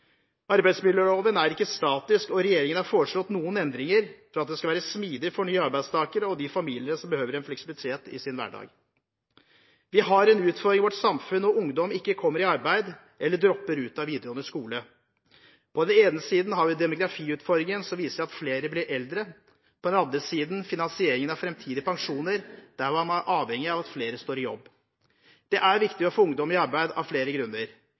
Arbeidsmiljøloven er ikke statisk, og regjeringen har foreslått noen endringer for at den skal være smidig for nye arbeidstakere og de familiene som behøver en fleksibilitet i sin hverdag. Vi har en utfordring i vårt samfunn når ungdom ikke kommer i arbeid, eller dropper ut av videregående skole. På den ene siden har vi demografiutfordringen som viser at flere blir eldre, på den andre siden finansieringen av framtidige pensjoner der man er avhengig av at flere står i jobb. Det er viktig å få ungdom i arbeid av flere grunner